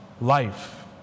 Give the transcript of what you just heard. life